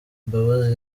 mbabazi